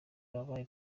wabaye